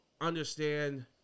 understand